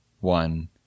one